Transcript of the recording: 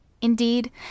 Indeed